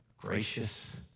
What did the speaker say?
Gracious